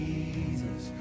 Jesus